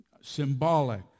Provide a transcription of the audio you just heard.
symbolic